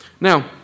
Now